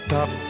Top